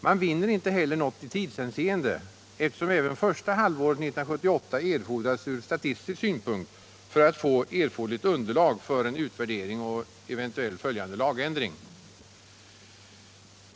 Man vinner inte heller något i tidshänseende eftersom även första halvåret 1978 erfordras ur statistisk synpunkt för att få erforderligt underlag för en utvärdering och eventuell följande lagändring.